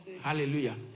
Hallelujah